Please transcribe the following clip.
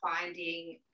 finding